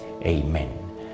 Amen